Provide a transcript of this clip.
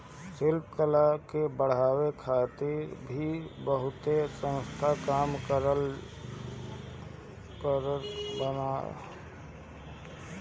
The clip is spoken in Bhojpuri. शिल्प कला के बढ़ावे खातिर भी बहुते संस्थान काम करत बाने